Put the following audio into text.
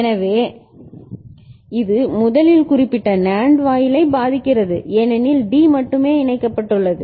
எனவே இது முதலில் இந்த குறிப்பிட்ட NAND வாயிலை பாதிக்கிறது ஏனெனில் D மட்டுமே இணைக்கப்பட்டுள்ளது